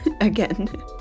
again